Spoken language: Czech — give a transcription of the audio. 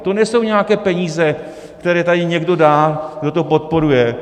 To nejsou nějaké peníze, které tady někdo dá, kdo to podporuje.